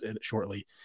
shortly